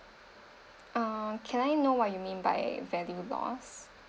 uh can I know what you mean by value loss